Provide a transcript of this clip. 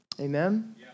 Amen